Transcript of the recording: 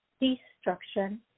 destruction